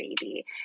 baby